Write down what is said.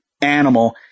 animal